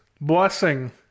blessing